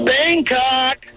Bangkok